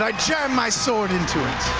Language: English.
ah jam my sword into it.